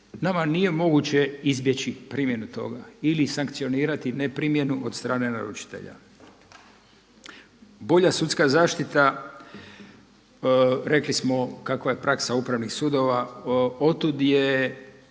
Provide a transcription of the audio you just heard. nama nije moguće izbjeći primjenu toga ili sankcionirati neprimjenu od strane naručitelja. Bolja sudska zaštita rekli smo kakva je praksa upravnih sudova otud je